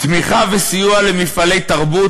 תמיכה וסיוע למפעלי תרבות,